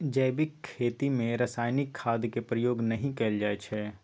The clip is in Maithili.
जैबिक खेती मे रासायनिक खादक प्रयोग नहि कएल जाइ छै